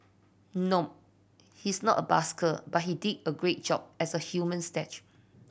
nope he's not a busker but he did a great job as a human statue